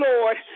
Lord